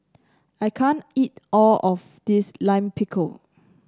I can't eat all of this Lime Pickle